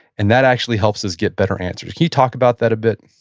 and that actually helps us get better answers. can you talk about that a bit?